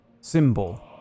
symbol